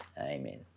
Amen